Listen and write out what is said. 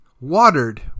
watered